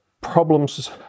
problems